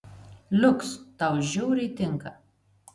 liuks tau žiauriai tinka